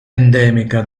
endemica